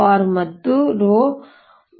Eρr ಮತ್ತು rho vj